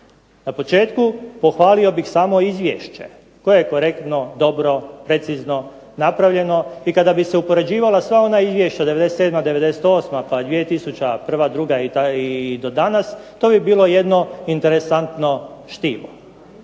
Na početku pohvalio bih samo izvješće. To je korektno, dobro, precizno napravljeno i kada bi se uspoređivala sva ona izvješća '97., '98., pa 2000., 2001., 2002. i do danas to bi bilo jedno interesantno štivo.